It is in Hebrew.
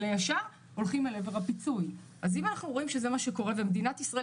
אם אנחנו רואים שזה מה שקורה ושמדינת ישראל